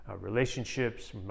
relationships